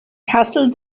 kassel